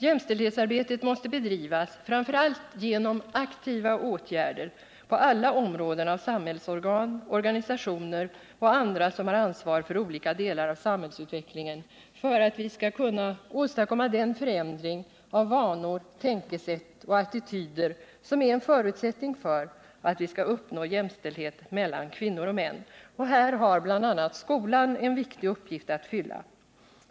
Jämställdhetsarbetet måste bedrivas framför allt genom aktiva åtgärder på alla områden av samhällsorgan, organisationer och andra som har ansvar för olika delar av samhällsutvecklingen för att vi skall kunna åstadkomma den förändring av vanor, tänkesätt och attityder som är en förutsättning för att vi skall uppnå jämställdhet mellan kvinnor och män. Här har bl.a. skolan en viktig uppgift att fylla.